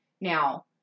Now